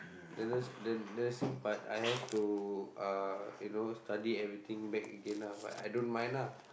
the nurs~ the nursing part I have to uh you know study everything back again lah but I don't mind lah